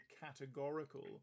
categorical